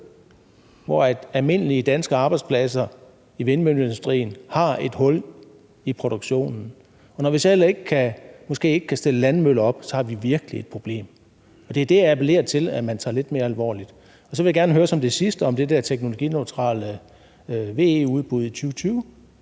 at almindelige danske arbejdspladser i vindmølleindustrien har et hul i produktionen. Og når vi så måske heller ikke kan stille landmøller op, har vi virkelig et problem. Og det er det, jeg appellerer til at man tager lidt mere alvorligt. Og så vil jeg som det sidste gerne høre i forhold til det her teknologineutrale VE-udbud i 2020,